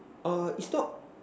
err it's not